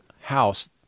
house